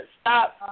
stop